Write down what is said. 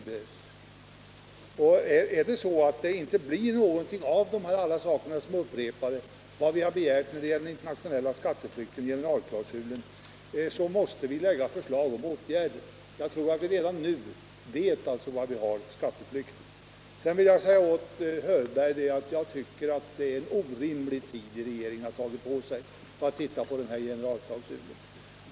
Blir det ingenting av dessa saker som vi har upprepat — det vi har begärt när det gäller den internationella skatteflykten och generalklausulen — måste vi lägga fram förslag om åtgärder. Jag tror alltså att vi redan nu vet var vi har skatteflykten. Sedan vill jag till Nils Hörberg säga , att regeringen har tagit orimlig tid på sig för att titta på denna generalklausul.